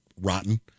rotten